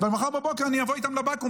ומחר בבוקר אני אבוא איתם לבקו"ם,